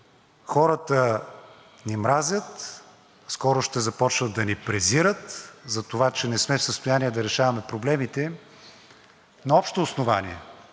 Хората ни мразят, скоро ще започнат да ни презират за това, че не сме в състояние да решаваме проблемите им, на общо основание